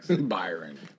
Byron